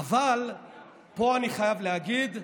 אבל פה אני חייב להגיד,